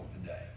today